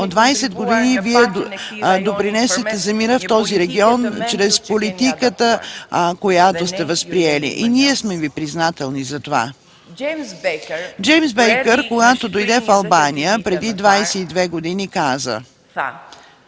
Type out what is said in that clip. години Вие допринасяте за мира в този регион чрез политиката, която сте възприели. И ние сме Ви признателни за това. Джеймс Бейкър, когато дойде в Албания преди 22 години, каза: